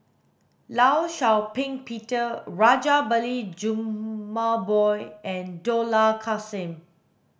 Law Shau Ping Peter Rajabali Jumabhoy and Dollah Kassim